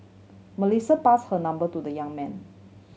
Melissa passed her number to the young man